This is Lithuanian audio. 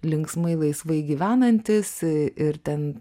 linksmai laisvai gyvenantis ir ten